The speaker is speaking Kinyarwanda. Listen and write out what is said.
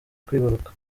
kwibaruka